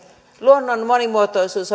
luonnon monimuotoisuus